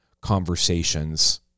conversations